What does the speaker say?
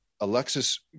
Alexis